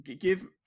give